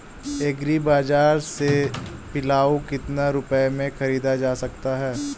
Agree बाजार से पिलाऊ कितनी रुपये में ख़रीदा जा सकता है?